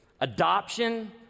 adoption